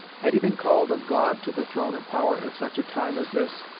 had he been called of god to the throne of power at such a time as this,